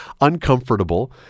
uncomfortable